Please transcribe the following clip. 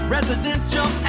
Residential